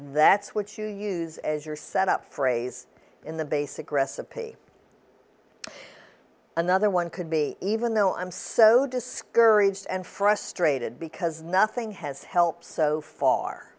that's what you use as your set up phrase in the basic recipe another one could be even though i'm so discouraged and frustrated because nothing has helped so far